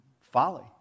Folly